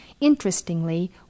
Interestingly